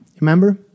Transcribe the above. Remember